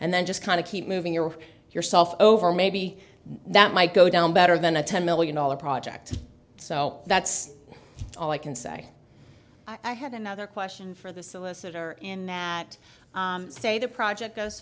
and then just kind of keep moving your yourself over maybe that might go down better than a ten million dollars project so that's all i can say i have another question for the solicitor in that say the project goes